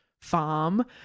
farm